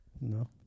No